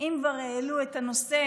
אם כבר העלו את הנושא